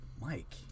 Mike